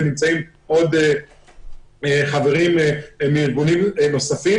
ונמצאים עוד חברים מארגונים נוספים.